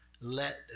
Let